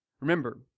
Remember